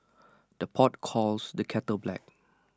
the pot calls the kettle black